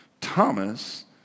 Thomas